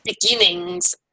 beginnings